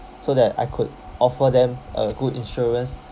so that I could offer them a good insurance